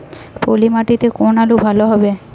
পলি মাটিতে কোন আলু ভালো হবে?